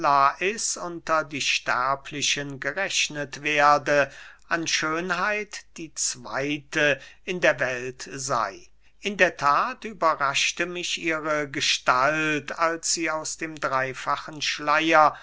lais unter die sterblichen gerechnet werde an schönheit die zweyte in der welt sey in der that überraschte mich ihre gestalt als sie aus dem dreifachen schleier